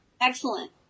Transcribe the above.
Excellent